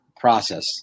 Process